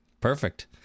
perfect